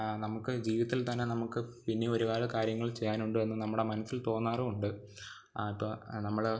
നമുക്ക് ജീവിതത്തിൽ തന്നെ നമുക്ക് ഇനി ഒരുപാട് കാര്യങ്ങൾ ചെയ്യാനുണ്ട് എന്നു നമ്മുടെ മനസ്സിൽ തോന്നാറുമുണ്ട് അപ്പോൾ നമ്മൾ